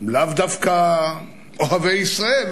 לאו דווקא אוהבי ישראל,